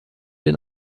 den